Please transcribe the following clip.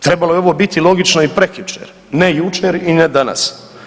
Trebalo je ovo biti logično i prekjučer, ne jučer i ne danas.